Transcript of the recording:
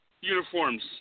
uniforms